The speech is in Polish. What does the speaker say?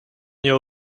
nie